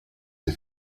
des